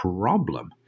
problem